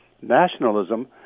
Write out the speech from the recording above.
nationalism